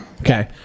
okay